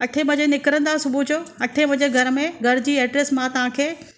अठें बजे निकिरंदा सुबुह जो अठें बजे घर में घर जी एड्रेस मां तव्हांखे